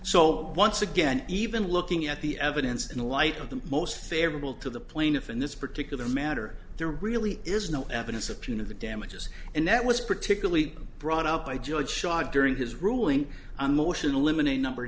so once again even looking at the evidence in the light of the most favorable to the plaintiff in this particular matter there really is no evidence of punitive damages and that was particularly brought up by judge shah during his ruling on motions eliminating number